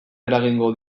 eragingo